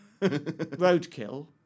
Roadkill